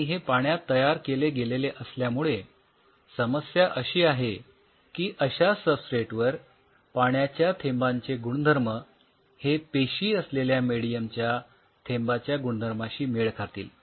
आणि हे पाण्यात तयार केले गेलेले असल्यामूळे समस्या अशी आहे की अश्या सबस्ट्रेट वर पाण्याच्या थेंबाचे गुणधर्म हे पेशी असलेल्या मेडियमच्या थेंबाच्या गुणधर्माशी मेळ खातील